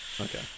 Okay